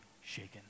shaken